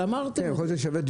אבל אמרתם את זה.